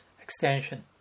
extension